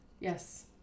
Yes